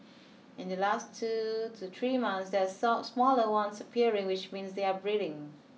in the last two to three months that some smaller ones appearing which means they are breeding